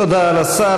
תודה לשר.